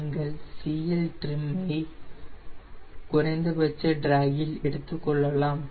நீங்கள் CLtrim ஐ குறைந்தபட்ச டிராக்கில் எடுத்துக்கொள்ளலாம்